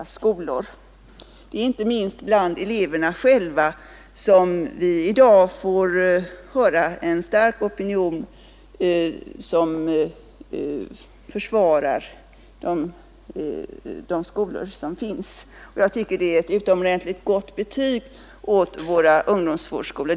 Inte minst bland eleverna själva kan ibland en stark opinion försvara de skolor som finns, och jag tycker att det är ett utomordentligt gott betyg för våra ungdomsvårdsskolor.